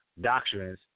doctrines